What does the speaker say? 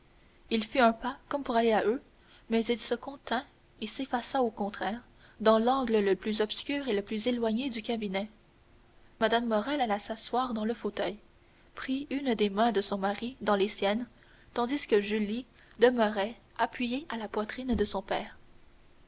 il fit un pas comme pour aller à eux mais il se contint et s'effaça au contraire dans l'angle le plus obscur et le plus éloigné du cabinet mme morrel alla s'asseoir dans le fauteuil prit une des mains de son mari dans les siennes tandis que julie demeurait appuyée à la poitrine de son père